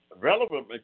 Relevant